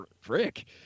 frick